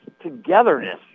togetherness